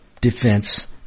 defense